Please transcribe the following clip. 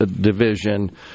Division